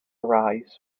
arise